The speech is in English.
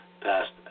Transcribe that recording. passed